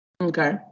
Okay